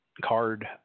card –